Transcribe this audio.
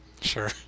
Sure